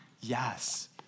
Yes